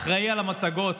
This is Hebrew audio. האחראי על המצגות